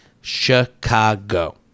Chicago